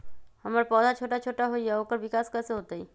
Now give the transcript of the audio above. हमर पौधा छोटा छोटा होईया ओकर विकास कईसे होतई?